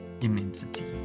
immensity